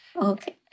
Okay